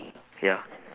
ya